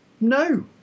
No